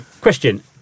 question